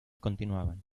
continuaban